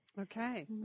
Okay